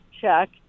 Check